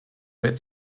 wird